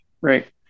right